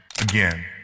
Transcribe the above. Again